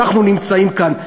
ואנחנו נמצאים כאן.